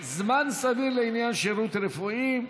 זמן סביר לעניין שירות רפואי),